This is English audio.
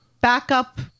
backup